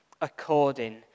according